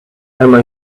emma